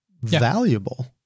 valuable